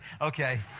Okay